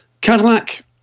Cadillac